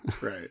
Right